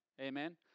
Amen